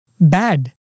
bad